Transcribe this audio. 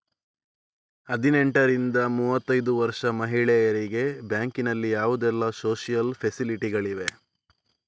ಹದಿನೆಂಟರಿಂದ ಮೂವತ್ತೈದು ವರ್ಷ ಮಹಿಳೆಯರಿಗೆ ಬ್ಯಾಂಕಿನಲ್ಲಿ ಯಾವುದೆಲ್ಲ ಸೋಶಿಯಲ್ ಫೆಸಿಲಿಟಿ ಗಳಿವೆ?